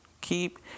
Keep